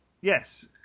Yes